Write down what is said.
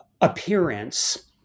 appearance